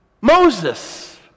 Moses